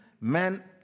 Men